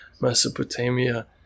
mesopotamia